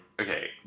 Okay